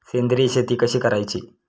सेंद्रिय शेती कशी करायची?